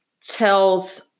tells